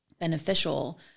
beneficial